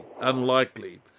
unlikely